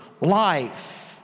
life